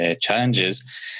challenges